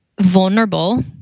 vulnerable